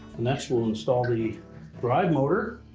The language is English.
next, we'll install the drive motor.